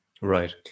Right